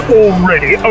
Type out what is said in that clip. already